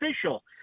official